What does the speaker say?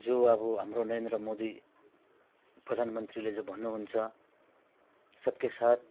जो अब हाम्रो नरेन्द्र मोदी प्रधान मन्त्रीले जो भन्नु हुन्छ सब के साथ